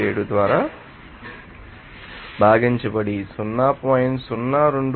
957 ద్వారా భాగించబడి 0